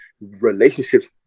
relationships